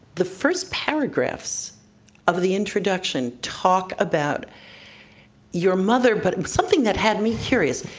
the first paragraphs of the introduction talk about your mother. but something that had me curious,